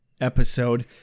episode